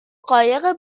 قایق